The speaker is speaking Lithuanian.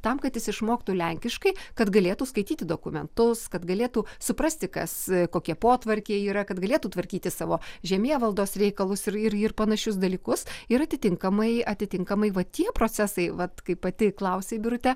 tam kad jis išmoktų lenkiškai kad galėtų skaityti dokumentus kad galėtų suprasti kas kokie potvarkiai yra kad galėtų tvarkyti savo žemėvaldos reikalus ir ir ir panašius dalykus ir atitinkamai atitinkamai va tie procesai vat kai pati klausei birute